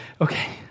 okay